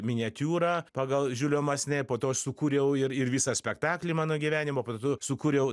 miniatiūrą pagal žiulio masne po to sukūriau ir ir visą spektaklį mano gyvenimo kartu sukūriau